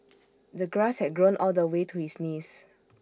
the grass had grown all the way to his knees